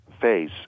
phase